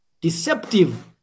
deceptive